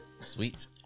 Sweet